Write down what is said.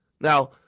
Now